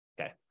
Okay